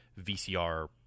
vcr